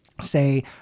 say